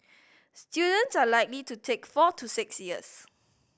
students are likely to take four to six years